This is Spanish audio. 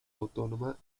autónoma